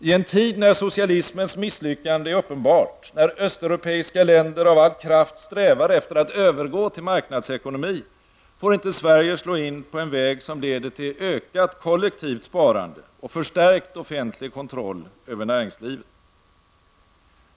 I en tid när socialismens misslyckande är uppenbart, när östeuropeiska länder av all kraft strävar efter att övergå till marknadsekonomi, får inte Sverige slå in på en väg som leder till ökat kollektivt sparande och förstärkt offentlig kontroll över näringslivet.